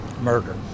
murder